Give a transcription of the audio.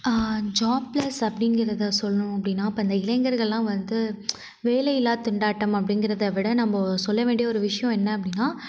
job Luz அப்படிங்கறத சொல்லணும் அப்படினா இப்போ இந்த இளைஞர்கெலாம் வந்து வேலையில்லா திண்டாட்டம் அப்படிங்கறத விட நம்ம சொல்ல வேண்டிய ஒரு விஷயம் என்ன அப்படினா